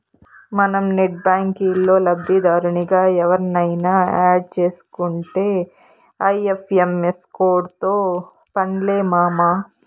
మనం నెట్ బ్యాంకిల్లో లబ్దిదారునిగా ఎవుర్నయిన యాడ్ సేసుకుంటే ఐ.ఎఫ్.ఎం.ఎస్ కోడ్తో పన్లే మామా